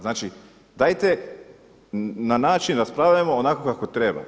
Znači dajte na način raspravljajmo onako kako treba.